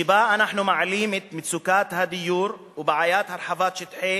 שאנחנו מעלים את מצוקת הדיור ובעיית הרחבת שטחי